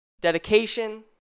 dedication